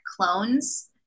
clones